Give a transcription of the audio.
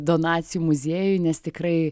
donacijų muziejui nes tikrai